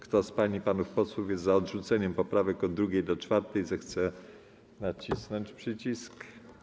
Kto z pań i panów posłów jest za odrzuceniem poprawek od 2. do 4., zechce nacisnąć przycisk.